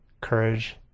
courage